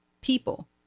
people